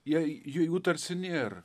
jei jų tarsi nėr